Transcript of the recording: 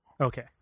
Okay